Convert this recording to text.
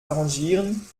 arrangieren